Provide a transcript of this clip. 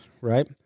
right